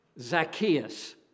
Zacchaeus